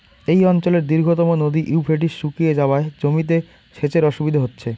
এই অঞ্চলের দীর্ঘতম নদী ইউফ্রেটিস শুকিয়ে যাওয়ায় জমিতে সেচের অসুবিধে হচ্ছে